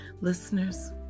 Listeners